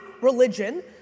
religion